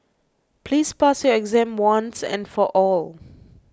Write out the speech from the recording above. please pass your exam once and for all